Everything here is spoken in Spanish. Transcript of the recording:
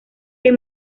que